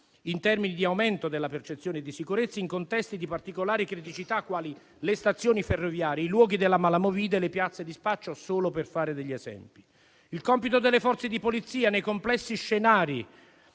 in termini di aumento della percezione di sicurezza in contesti di particolari criticità, quali le stazioni ferroviarie, i luoghi della mala *movida* e le piazze di spaccio, solo per fare degli esempi. Il compito delle Forze di polizia nei complessi scenari